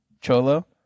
cholo